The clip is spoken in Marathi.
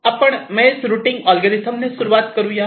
आपण मेझ रुटींग अल्गोरिदम ने सुरुवात करुया